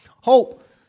Hope